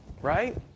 right